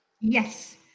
Yes